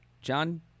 John